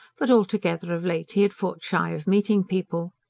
but altogether of late he had fought shy of meeting people.